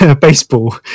baseball